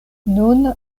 nun